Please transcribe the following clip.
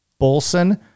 Bolson